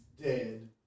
Dead